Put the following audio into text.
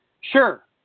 sure